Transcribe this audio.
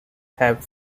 have